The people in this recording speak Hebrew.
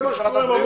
וזהו.